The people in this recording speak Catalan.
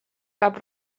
cap